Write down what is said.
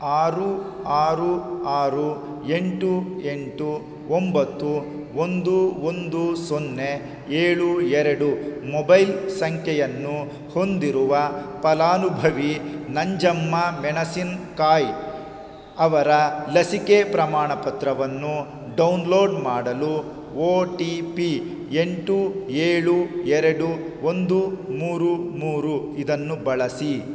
ಆರು ಆರು ಆರು ಎಂಟು ಎಂಟು ಒಂಬತ್ತು ಒಂದು ಒಂದು ಸೊನ್ನೆ ಏಳು ಎರಡು ಮೊಬೈಲ್ ಸಂಖ್ಯೆಯನ್ನು ಹೊಂದಿರುವ ಫಲಾನುಭವಿ ನಂಜಮ್ಮಾ ಮೆಣಸಿನ ಕಾಯಿ ಅವರ ಲಸಿಕೆ ಪ್ರಮಾಣ ಪತ್ರವನ್ನು ಡೌನ್ಲೋಡ್ ಮಾಡಲು ಓ ಟಿ ಪಿ ಎಂಟು ಏಳು ಎರಡು ಒಂದು ಮೂರು ಮೂರು ಇದನ್ನು ಬಳಸಿ